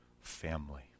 family